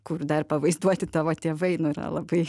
kur dar pavaizduoti tavo tėvai nu yra labai